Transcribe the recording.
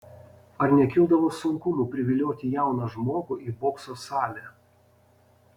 ar nekildavo sunkumų privilioti jauną žmogų į bokso salę